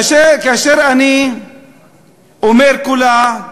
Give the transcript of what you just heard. כאשר אני אומר "כולה",